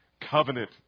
covenant